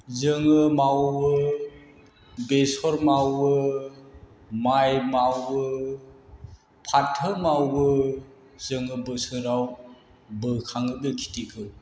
जोङो मावो बेसर मावो माइ मावो फाथो मावो जोङो बोसोराव बोखाङो बे खेतिखौ